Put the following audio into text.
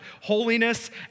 holiness